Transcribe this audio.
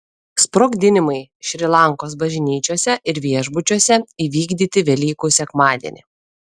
sprogdinimai šri lankos bažnyčiose ir viešbučiuose įvykdyti velykų sekmadienį